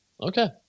Okay